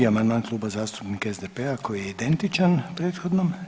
62. amandman Kluba zastupnika SDP-a koji je identičan prethodnom.